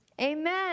amen